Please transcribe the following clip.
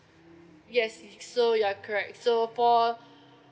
yes it's so you are correct so for